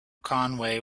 conway